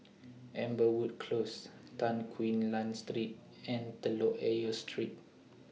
Amberwood Close Tan Quee Lan Street and Telok Ayer Street